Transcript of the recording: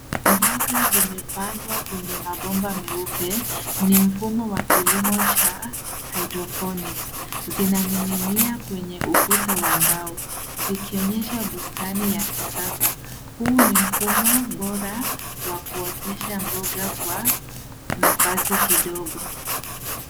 Mboga zimepandwa kwenye mabomba meupe, ni mfumo wa kilimo cha hydroponics . Zinaning'inia kwenye ukuta wa mbao, zikionyesha bustani ya kisasa. Huu ni mfumo bora wa kuotesha mboga kwa nafasi kidogo.